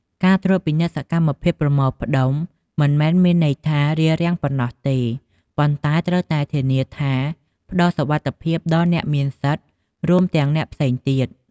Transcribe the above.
ការត្រួតពិនិត្យសកម្មភាពប្រមូលផ្តុំមិនមែនមានន័យថា "រារាំង" ប៉ុណ្ណោះទេ ប៉ុន្តែត្រូវតែធានាថាផ្តល់សុវត្ថិភាពដល់អ្នកមានសិទ្ធិ រួមទាំងអ្នកផ្សេងទៀត។